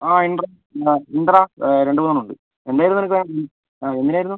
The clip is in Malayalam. ആ ഉണ്ട് എടാ പിന്നെ ഉണ്ട് എടാ രണ്ടുമൂന്നെണ്ണം ഉണ്ട് എന്തിനായിരുന്നു നിനക്ക് വേണ്ടത് ആ എന്തിനായിരുന്നു